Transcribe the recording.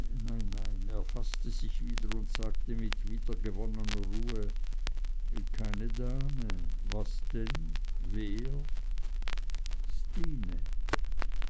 nein nein und er faßte sich wieder und sagte mit wiedergewonnener ruhe keine dame was dann wer stine